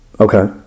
Okay